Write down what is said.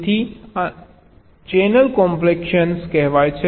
તેથી આ channel compaction કહેવાય છે